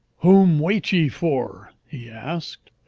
whom wait ye for he asked.